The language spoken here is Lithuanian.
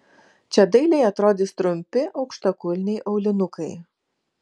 čia dailiai atrodys trumpi aukštakulniai aulinukai